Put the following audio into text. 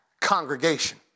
congregation